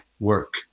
work